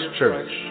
Church